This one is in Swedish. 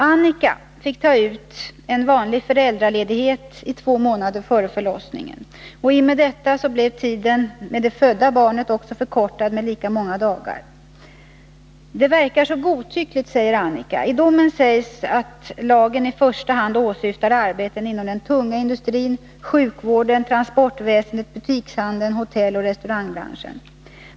Annika fick ta ut en vanlig föräldraledighet i två månader före förlossningen. I och med detta blev tiden med det födda barnet förkortad med lika många dagar. ”Det verkar så godtyckligt”, säger Annika och fortsätter: ”I domen sägs det att lagen i första hand åsyftar arbeten inom den tunga industrin, sjukvården, transportväsendet, butikshandeln och hotelloch restaurangbranschen.